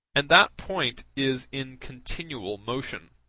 and that point is in continual motion.